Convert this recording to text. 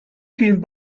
vielen